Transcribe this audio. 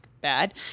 bad